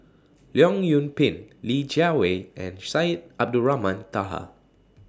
Leong Yoon Pin Li Jiawei and Syed Abdulrahman Taha